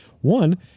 One